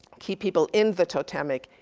key people in the totemic,